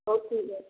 ହଉ ଠିକ୍ ଅଛି